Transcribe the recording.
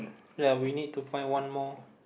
ya we need to find one more